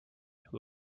who